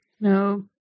No